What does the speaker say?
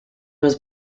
was